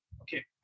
Okay